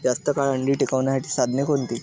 जास्त काळ अंडी टिकवण्यासाठी साधने कोणती?